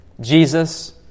Jesus